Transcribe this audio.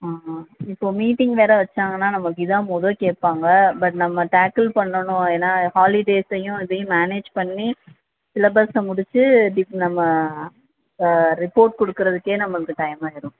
ஆ ஆ இப்போது மீட்டிங் வேற வச்சாங்கன்னா நமக்கு இதான் முதோ கேட்பாங்க பட் நம்ம டேக்கில் பண்ணணும் ஏன்னா ஹாலிடேஸையும் இதையும் மேனேஜ் பண்ணி சிலபஸ்ஸை முடிச்சி இதுக்கு நம்ம ரிப்போர்ட் கொடுக்குறதுக்கே நம்மளுக்கு டைம் ஆகிடும்